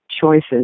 choices